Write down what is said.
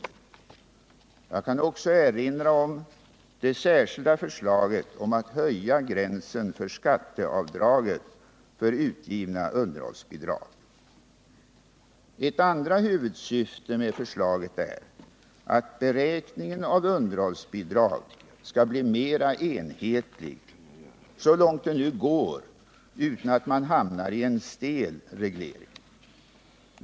Jag kan också erinra om det särskilda förslaget om att höja gränsen för skatteavdraget för utgivna underhållsbidrag. Ett andra huvudsyfte med förslaget är att beräkningen av underhållsbidrag skall bli mera enhetlig, så långt det nu går utan att man hamnar i en stel reglering.